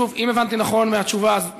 שוב, אם הבנתי נכון מהתשובה, אז מתוכנן,